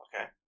Okay